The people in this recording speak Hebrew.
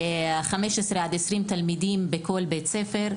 20-15 תלמידים בכל בית ספר,